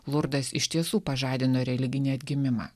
lurdas iš tiesų pažadino religinį atgimimą